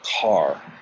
car